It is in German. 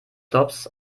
flops